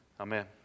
Amen